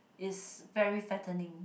it's very fattening